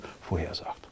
vorhersagt